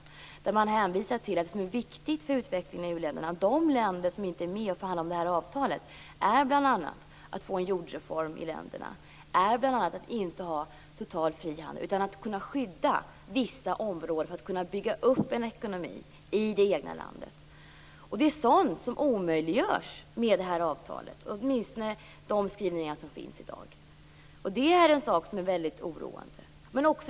Han hänvisar där till att det som är viktigt för utvecklingen i u-länderna, dvs. de länder som inte är med och förhandlar om det här avtalet, bl.a. är genomförandet av en jordreform, att inte ha total frihandel utan kunna skydda vissa områden för att kunna bygga upp en ekonomi i det egna landet. Sådant omöjliggörs med det här avtalet, åtminstone de skrivningar som finns i dag. Det är väldigt oroande.